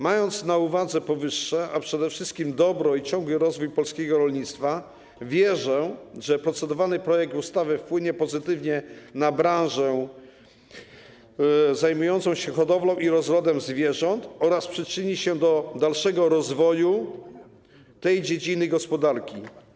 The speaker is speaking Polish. Mając na uwadze powyższe, a przede wszystkim dobro i ciągły rozwój polskiego rolnictwa, wierzę, że procedowany projekt ustawy wpłynie pozytywnie na branżę zajmującą się hodowlą i rozrodem zwierząt oraz przyczyni się do dalszego rozwoju tej dziedziny gospodarki.